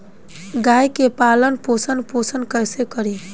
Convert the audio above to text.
गाय के पालन पोषण पोषण कैसे करी?